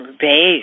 base